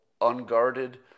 unguarded